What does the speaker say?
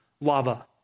lava